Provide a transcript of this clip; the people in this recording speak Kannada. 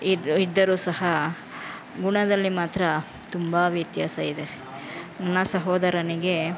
ಇದ್ದು ಇದ್ದರೂ ಸಹ ಗುಣದಲ್ಲಿ ಮಾತ್ರ ತುಂಬ ವ್ಯತ್ಯಾಸ ಇದೆ ನನ್ನ ಸಹೋದರನಿಗೆ